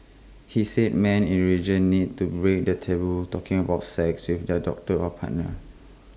he said men in region need to break the taboo talking about sex with their doctor or partner